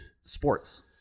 Sports